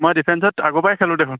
মই ডিফেঞ্চত আগৰ পৰাই খেলোঁ দেখোন